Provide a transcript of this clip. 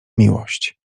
miłość